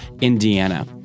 Indiana